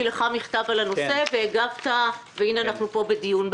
לך מכתב על הנושא והגבת והנה אנחנו פה בדיון.